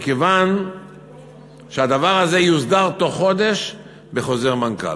מכיוון שהדבר הזה יוסדר בתוך חודש בחוזר מנכ"ל.